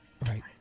Right